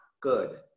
good